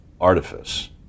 artifice